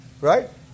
right